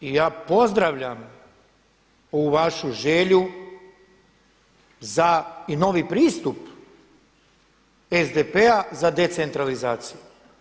I ja pozdravljam ovu vašu želju za i novi pristup SDP-a za decentralizaciju.